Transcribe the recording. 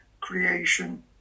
creation